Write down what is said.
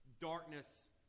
darkness